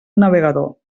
navegador